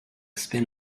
spin